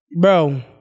bro